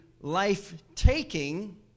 life-taking